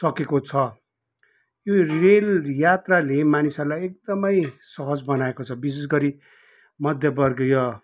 सकेको छ यो रेल यात्राले मानिसहरूलाई एकदमै सहज बनाएको छ विशेष गरि मध्य वर्गीय